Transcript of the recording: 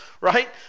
right